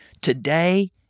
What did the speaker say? today